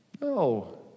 No